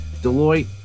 Deloitte